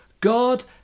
God